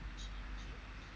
mm